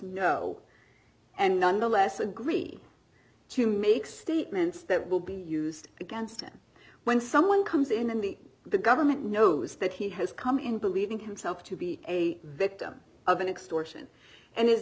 know and nonetheless agree to make statements that will be used against him when someone comes in and the the government knows that he has come in believing himself to be a victim of an extortion and is